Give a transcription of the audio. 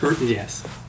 yes